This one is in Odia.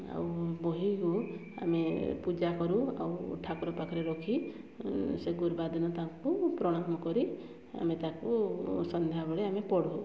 ଆଉ ବହିକୁ ଆମେ ପୂଜା କରୁ ଆଉ ଠାକୁର ପାଖରେ ରଖି ସେ ଗୁରୁବାରଦିନ ତାଙ୍କୁ ପ୍ରଣାମ କରି ଆମେ ତାକୁ ସନ୍ଧ୍ୟାବେଳେ ଆମେ ପଢ଼ୁ